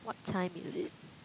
what time is it